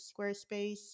Squarespace